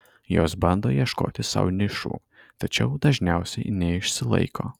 jos bando ieškoti sau nišų tačiau dažniausiai neišsilaiko